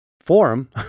forum